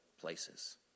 places